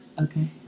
Okay